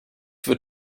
wird